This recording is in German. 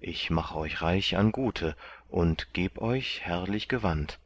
ich mach euch reich an gute und geb euch herrlich gewand